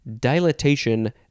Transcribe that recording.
dilatation